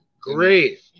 great